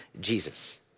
Jesus